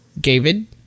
David